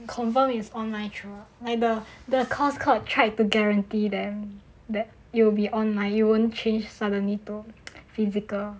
confirm it's online through out like the the course guard called tried to guarantee them that you'll be online that you won't change suddenly to physical